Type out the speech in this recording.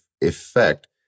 effect